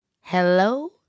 Hello